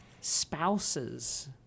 Spouses